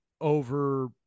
over